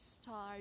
star